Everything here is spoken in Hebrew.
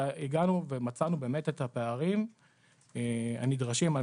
הגענו ומצאנו באמת את הפערים הנדרשים על